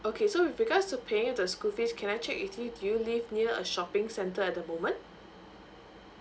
okay so with regards to paying the school fees can I check with you do you live near a shopping center at the moment